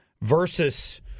Versus